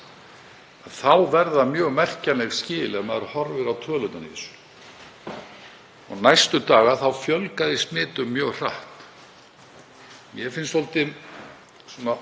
þá verða mjög merkjanleg skil ef maður horfir á tölurnar í þessu og næstu daga fjölgaði smitum mjög hratt. Mér finnst svolítið gott